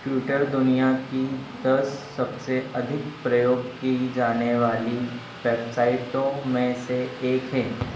Twitter दुनिया की दस सबसे अधिक प्रयोग की जाने वाली वेबसाइटों में से एक है